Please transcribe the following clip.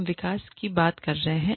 हम विकास की बात कर रहे हैं